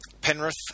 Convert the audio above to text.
Penrith